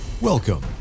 welcome